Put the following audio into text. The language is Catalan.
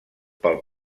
pel